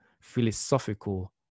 philosophical